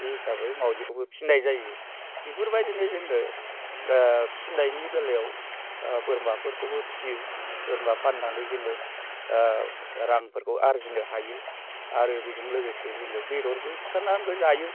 बे हिसाबै मावजिखौबो फिनाय जायो बेफोरबायदिनो जोङो फिनायनि बेलायाव बोरमाफोरखौबो फियो बोरमा फाननानै जोङो रांफोरखौ आरजिनो हायो आरो बेजों लोगोसे जोङो बेदरफोरबो सिथारनानै जायो